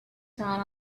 down